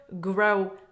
grow